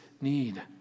need